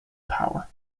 power